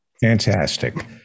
fantastic